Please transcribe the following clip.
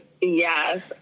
Yes